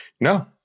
No